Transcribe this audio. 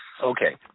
Okay